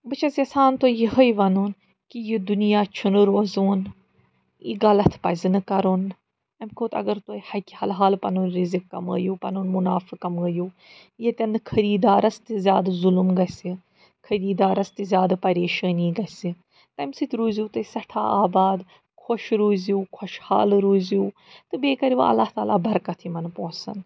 بہٕ چھَس یَژھان تُہۍ یِہَے وَنُن کہِ یہِ دُنیا چھُنہٕ روزُن یہِ غلط پَزِ نہٕ کَرُن اَمہِ کھۄتہٕ اگر تُہہِ حقِ حلال تُہۍ پَنُن رِزِق کَمٲوِو پَنُن مُنافہٕ کَمٲوِو ییٚتٮ۪ن نہٕ خٔریٖدارَس تہِ زیادٕ ظُلم گژھِ خٔریٖدارَس تہِ زیادٕ پریشٲنی گژھِ تَمہِ سۭتۍ روٗزِو تُہۍ سٮ۪ٹھاہ آباد خۄش روٗزِو خۄش حال روٗزِو تہٕ بیٚیہِ کَرِوٕ اللہ تعالیٰ برقعت یِمَن پۅنٛسَن